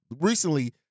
recently